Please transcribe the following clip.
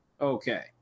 Okay